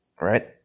right